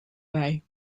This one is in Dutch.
bij